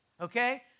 Okay